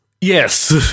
Yes